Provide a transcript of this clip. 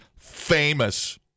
famous